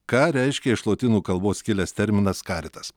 ką reiškia iš lotynų kalbos kilęs terminas caritas